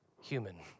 human